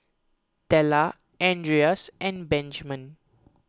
Della andreas and Benjman